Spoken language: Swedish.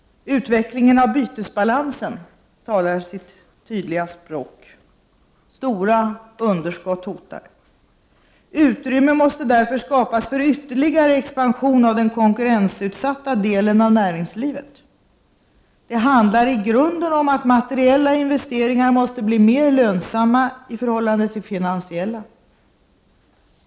Utvecklingen av bytesbalansen talar sitt tydliga språk. Stora underskott hotar. Utrymme måste därför skapas för ytterligare expansion av den konkurrensutsatta delen av näringslivet. Det handlar i grunden om att materiella investeringar måste bli mer lönsamma i förhållande till finansiella.